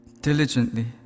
diligently